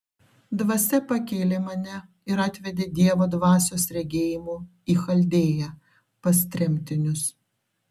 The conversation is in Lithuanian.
dvasia pakėlė mane ir atvedė dievo dvasios regėjimu į chaldėją pas tremtinius